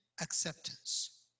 acceptance